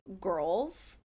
girls